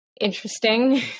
Interesting